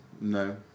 No